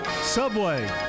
Subway